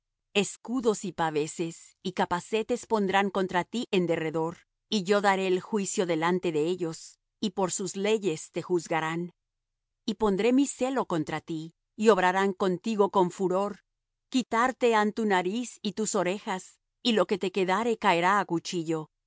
escudos y paveses y capacetes pondrán contra ti en derredor y yo daré el juicio delante de ellos y por sus leyes te juzgarán y pondré mi celo contra ti y obrarán contigo con furor quitarte han tu nariz y tus orejas y lo que te quedare caerá á cuchillo